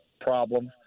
problems